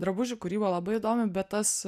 drabužių kūryba labai įdomi bet tas